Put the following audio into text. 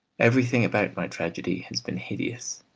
everything about my tragedy has been hideous,